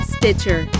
Stitcher